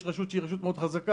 אם יש רשות שהיא רשות מאוד חזקה,